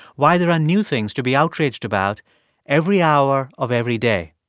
why there are new things to be outraged about every hour of every day.